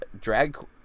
drag